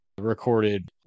Recorded